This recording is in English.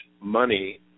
money